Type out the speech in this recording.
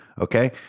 okay